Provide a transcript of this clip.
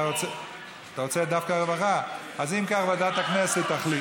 בוועדת הפנים אתה רוצה או בוועדת הכספים?